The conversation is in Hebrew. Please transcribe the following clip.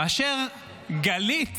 כאשר גלית